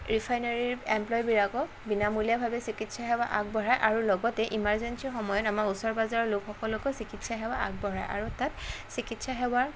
ৰিফাইনেৰীৰ এমপ্লয়ীবিলাকক বিনামূলীয়াভাৱে চিকিৎসা সেৱা আগবঢ়ায় আৰু লগতে ইমাৰ্জেন্সী সময়ত আমাৰ ওচৰ পাজৰৰ লোকসকলকো চিকিৎসাসেৱা আগবঢ়ায় আৰু তাত চিকিৎসাসেৱাৰ